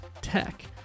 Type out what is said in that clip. Tech